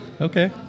Okay